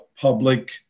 public